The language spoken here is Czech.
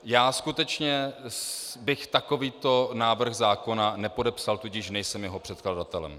Já skutečně bych takovýto návrh zákona nepodepsal, tudíž nejsem jeho předkladatelem.